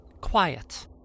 quiet